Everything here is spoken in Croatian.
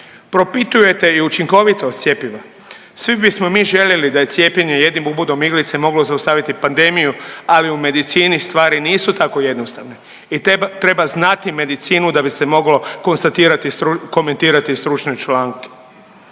Propitujete i učinkovitost cjepiva. Svi bismo mi željeli da je cijepljenje jednim ubodom iglice moglo zaustaviti pandemiju, ali u medicini stvari nisu tako jednostavne i treba znati medicinu da bi se moglo konstatirati, komentirati stručne članke.